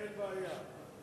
אין בעיה.